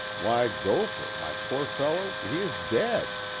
why, gopher, my poor fellow, he is dead!